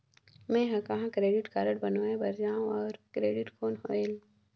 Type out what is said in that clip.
मैं ह कहाँ क्रेडिट कारड बनवाय बार जाओ? और क्रेडिट कौन होएल??